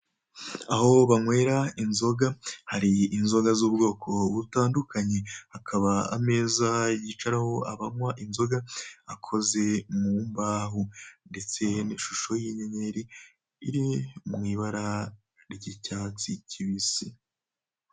Aho banywera inzoga hari inzoga z'ubwoko butandukanye hakaba ameza yicaraho abanywa inzoga akoze mu mbaho ndetse n'ishusho y'inyenyeri iri mu ibara ry'icyatsi cyibisi.